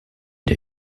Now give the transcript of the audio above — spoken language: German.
der